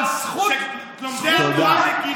אבל אני כן אומר לך שלומדי התורה מגינים על עם ישראל.